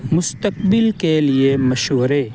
مستقبل کے لیے مشورے